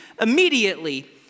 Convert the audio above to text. Immediately